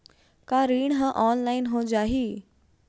का ऋण ह ऑनलाइन हो जाही?